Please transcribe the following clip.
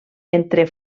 entre